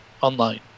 online